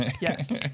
Yes